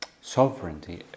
sovereignty